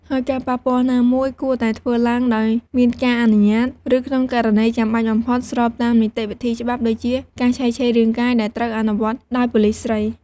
ហើយការប៉ះពាល់ណាមួយគួរតែធ្វើឡើងដោយមានការអនុញ្ញាត ឬក្នុងករណីចាំបាច់បំផុតស្របតាមនីតិវិធីច្បាប់ដូចជា ការឆែកឆេររាងកាយដែលត្រូវអនុវត្តដោយប៉ូលិសស្រី។